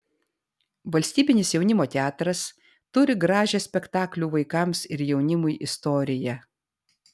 valstybinis jaunimo teatras turi gražią spektaklių vaikams ir jaunimui istoriją